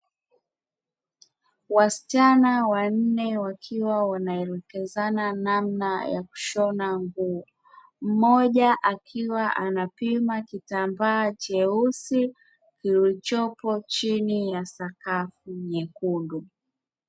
Wasichana wanne wakiwa wanaelekezana namna ya kushona nguo, mmoja akiwa anapima kitambaa cheusi kilichopo chini ya sakafu nyekundu.